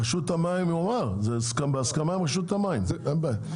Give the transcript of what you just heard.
הוא אמר, זה בהסכמה עם רשות המים, אין בעיה.